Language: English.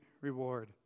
reward